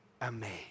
amazed